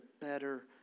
better